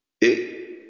et